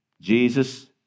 Jesus